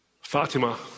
Fatima